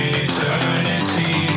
eternity